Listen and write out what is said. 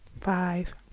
Five